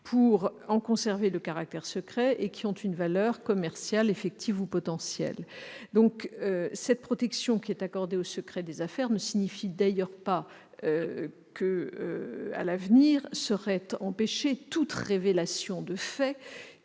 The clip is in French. à en conserver le caractère secret et qui ont une valeur commerciale effective ou potentielle. Cette protection accordée au secret des affaires ne signifie d'ailleurs pas qu'à l'avenir serait empêchée toute révélation dont